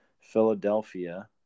Philadelphia